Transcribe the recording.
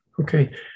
Okay